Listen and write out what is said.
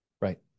Right